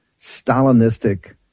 Stalinistic